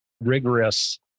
rigorous